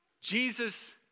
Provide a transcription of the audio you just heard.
Jesus